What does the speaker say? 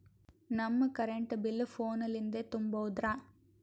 ನಮ್ current bill ಫೋನ ಲಿಂದೇ ತುಂಬೌದ್ರಾ?